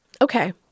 Okay